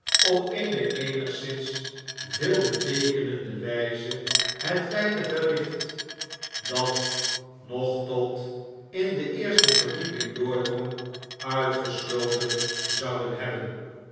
op eene eenigszins veelbeteekenende wpe het weinige licht dat nog tot in de eerste verdieping doordrong uitgesloten zouden hebben